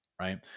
right